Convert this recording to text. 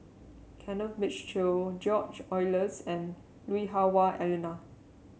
Kenneth Mitchell George Oehlers and Lui Hah Wah Elena